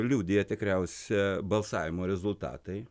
liudija tikriausia balsavimo rezultatai